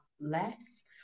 less